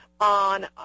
on